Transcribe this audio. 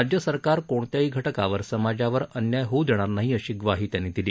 राज्य सरकार कोणत्याही घटकावर समाजावर अन्याय होऊ देणार नाही अशी ग्वाही त्यांनी दिली